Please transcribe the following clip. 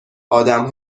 آدم